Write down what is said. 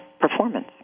performance